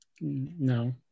No